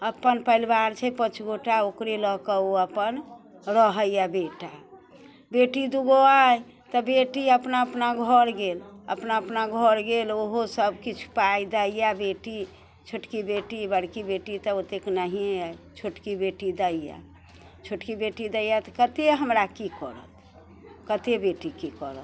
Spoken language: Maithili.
अपन परिवार छै पाँच गोटा ओकरे लऽके ओ अपन रहैये बेटा बेटी दू गो अइ तऽ बेटी अपना अपना घर गेल अपना अपना घर गेल ओहोसब किछु पाइ दैये बेटी छोटकी बेटी बड़की बेटी तऽ ओतेके नहिये छोटकी बेटी दैये छोटकी बेटी दैये तऽ कते हमरा की करत कते बेटी की करत